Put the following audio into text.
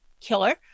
Killer